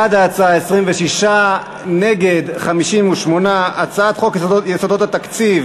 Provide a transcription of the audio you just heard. בעד ההצעה, 26, נגד, 58. הצעת חוק יסודות התקציב